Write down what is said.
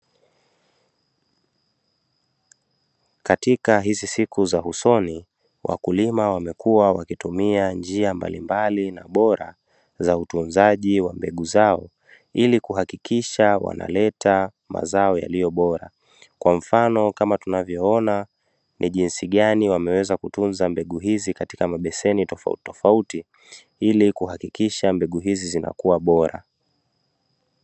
Katika hizi siku za husoni, wakulima wamekuwa wakitumia njia mbalimbali na bora za utunzaji wa mbegu zao ili kuhakikisha wanaleta mazao yaliyo bora. Kwa mfano kama tunavyoona ni jinsi gani wameweza kutunza mbegu hizi katika mabeseni tofauti tofauti ili kuhakikisha mbegu hizi zinakuwa bora.